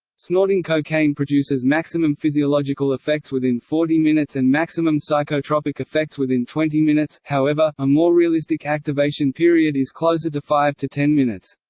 snorting cocaine produces maximum physiological effects within forty minutes and maximum psychotropic effects within twenty minutes, however, a more realistic activation period is closer to five to ten minutes.